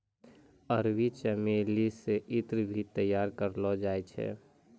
अरबी चमेली से ईत्र भी तैयार करलो जाय छै